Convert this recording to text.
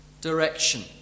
direction